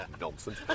nonsense